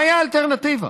מהי האלטרנטיבה?